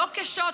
לא כשוט,